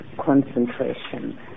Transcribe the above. Concentration